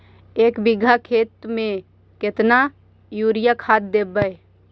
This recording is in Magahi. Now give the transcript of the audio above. एक बिघा खेत में केतना युरिया खाद देवै?